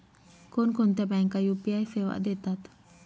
कोणकोणत्या बँका यू.पी.आय सेवा देतात?